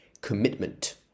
commitment